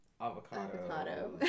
avocado